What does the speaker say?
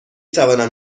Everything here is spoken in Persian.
توانم